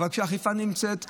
אבל כשהאכיפה נמצאת בבין-עירוני,